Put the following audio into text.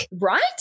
Right